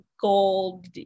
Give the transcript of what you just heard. gold